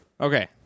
Okay